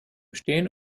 stehen